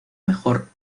mejor